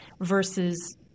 versus